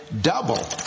double